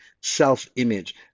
self-image